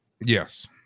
Yes